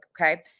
okay